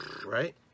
right